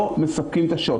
לא מספקים את השעות.